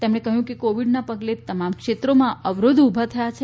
તેમણે કહયું કે કોવીડના પગલે તમામ ક્ષેત્રોમાં અવરોધો ઉભા થાય છે